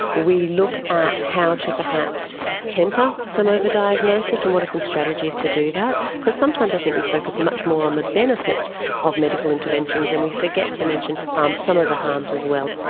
we look at how to perhaps temper some over-diagnosis and what are some strategies to do that, because sometimes i think we focus much more on the benefits of medical interventions and we forget to mention um some of the harms as well.